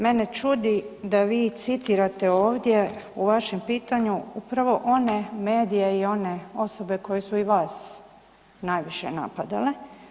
Mene čudi da vi citirate ovdje u vašem pitanju upravo one medije i one osobe koje su i vas najviše napadale.